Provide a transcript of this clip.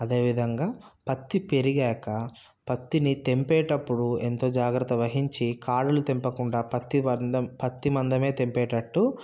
అదే విధంగా పత్తి పెరిగాక పత్తిని తెంపేటప్పుడు ఎంతో జాగ్రత్త వహించి కాడలు తెంపకుండా పత్తి మందం పత్తి మందమే తెంపేటట్టు